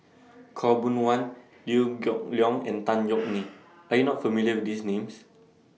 Khaw Boon Wan Liew Geok Leong and Tan Yeok Nee Are YOU not familiar with These Names